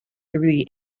through